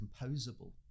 composable